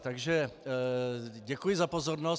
Takže děkuji za pozornost.